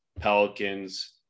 pelicans